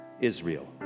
Israel